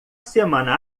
semana